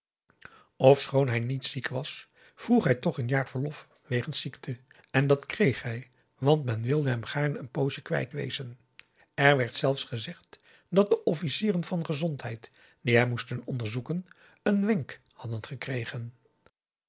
ofschoon hij niet ziek was vroeg hij toch een jaar verlof wegens ziekte en dat kreeg hij want men wilde hem gaarne een poosje kwijt wezen er werd zelfs gezegd dat de officieren van gezondheid die hem moesten onderzoeken een wenk hadden gekregen